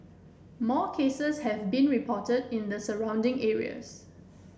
more cases have been reported in the surrounding areas